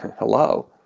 hello!